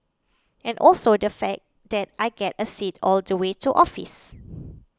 and also the fact that I get a seat all the way to office